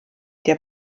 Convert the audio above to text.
der